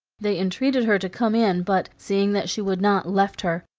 they entreated her to come in, but, seeing that she would not, left her,